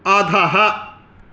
अधः